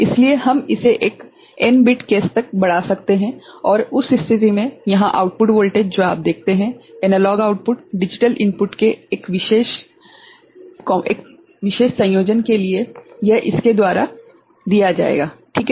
इसलिए हम इसे एक n बिट केस तक बढ़ा सकते हैं और उस स्थिति में यहाँ आउटपुट वोल्टेज जो आप देखते हैं एनालॉग आउटपुट डिजिटल इनपुट के एक विशेष संयोजन के लिए यह इसके द्वारा दिया जाएगा ठीक है